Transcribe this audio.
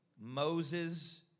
Moses